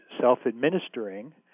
self-administering